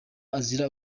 azira